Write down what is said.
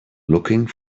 looking